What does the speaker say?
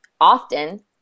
Often